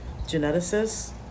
geneticists